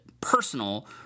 personal